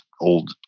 old